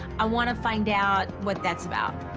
i wanna find out what that's about.